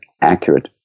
accurate